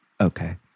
Okay